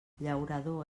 llaurador